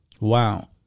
Wow